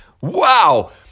Wow